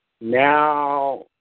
Now